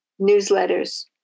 Newsletters